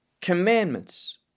commandments